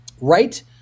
right